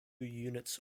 units